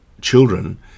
children